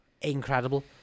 Incredible